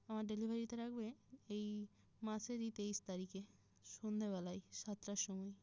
আমার ডেলিভারিটা লাগবে এই মাসেরই তেইশ তারিখে সন্ধেবেলায় সাতটার সময়